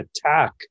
attack